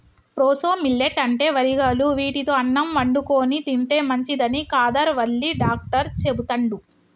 proso millet అంటే వరిగలు వీటితో అన్నం వండుకొని తింటే మంచిదని కాదర్ వల్లి డాక్టర్ చెపుతండు